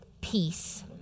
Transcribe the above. peace